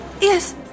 Yes